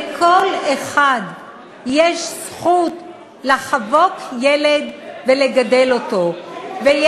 לכל אחד יש זכות לחוות ילד ולגדל אותו, את